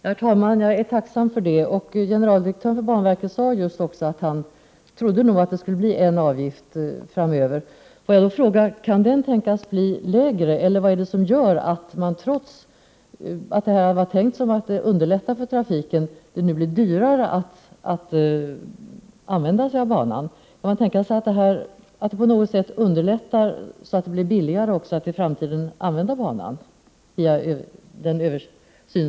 Herr talman! Jag är tacksam för det. Generaldirektören för banverket sade också att han trodde att det skulle bli en avgift framöver. Får jag då fråga om den kan tänkas bli lägre. Vad är det annars som gör att det, trots att detta var tänkt att underlätta för trafiken, nu blir dyrare att använda banan? Kan möjligen den översyn som pågår bidra till att det blir billigare i framtiden?